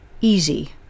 easy